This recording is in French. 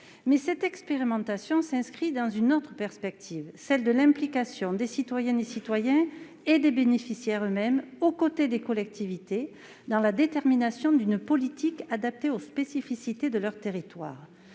Mais cette expérimentation s'inscrit dans une autre perspective : celle de l'implication des citoyens et des bénéficiaires eux-mêmes aux côtés des collectivités dans la détermination d'une politique adaptée aux spécificités de leurs territoires.